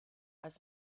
als